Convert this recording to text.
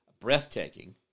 breathtaking